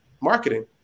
marketing